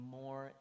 more